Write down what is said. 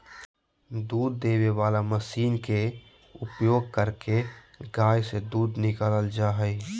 दूध देबे वला मशीन के उपयोग करके गाय से दूध निकालल जा हइ